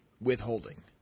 withholding